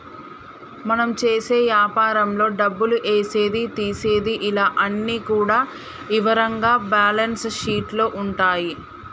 మనం చేసే యాపారంలో డబ్బులు ఏసేది తీసేది ఇలా అన్ని కూడా ఇవరంగా బ్యేలన్స్ షీట్ లో ఉంటాయి